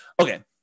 Okay